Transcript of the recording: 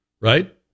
right